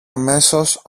αμέσως